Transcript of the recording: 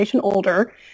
older